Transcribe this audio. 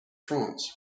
france